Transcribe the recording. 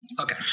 Okay